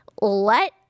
Let